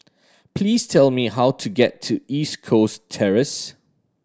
please tell me how to get to East Coast Terrace